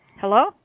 Hello